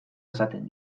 esaten